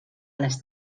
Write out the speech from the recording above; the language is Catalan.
les